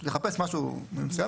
לחפש משהו מסוים,